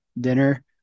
dinner